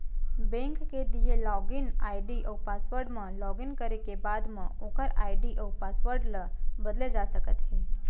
bank के दिए login ID अउ पासवर्ड म लॉगिन करे के बाद म ओकर आईडी अउ पासवर्ड ल बदले जा सकते हे